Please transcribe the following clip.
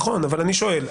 נכון, אבל אני שואל.